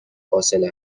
فاصله